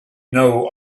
know